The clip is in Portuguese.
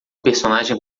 personagem